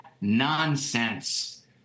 nonsense